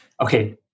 Okay